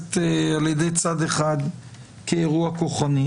שנתפסת על ידי צד אחד כאירוע כוחני.